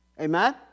Amen